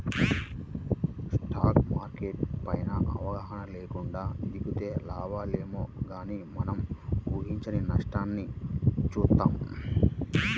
stock market పైన అవగాహన లేకుండా దిగితే లాభాలేమో గానీ మనం ఊహించని నష్టాల్ని చూత్తాం